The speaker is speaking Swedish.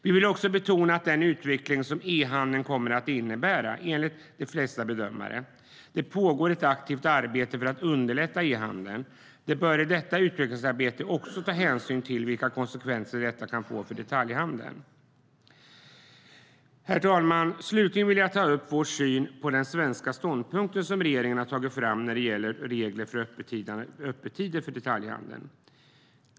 Vi vill också betona den utveckling som e-handeln kommer att innebära enligt de flesta bedömare. Det pågår ett aktivt arbete för att underlätta e-handeln. Man bör i detta utvecklingsarbete också ta hänsyn till vilka konsekvenser detta kan få för detaljhandeln. Herr talman! Slutligen vill jag ta upp vår syn på den svenska ståndpunkt som regeringen har tagit fram när det gäller regler för öppettider för detaljhandeln.